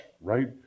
right